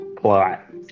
plot